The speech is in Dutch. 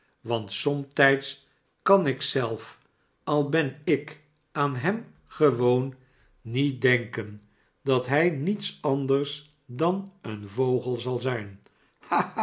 want somtijds kan ik zelf al ben ikaan hemgewoon nier denken dat hij niets anders dan een vogel zal zijn